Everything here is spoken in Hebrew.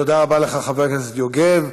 תודה רבה לך, חבר הכנסת יוגב.